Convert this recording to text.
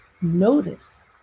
notice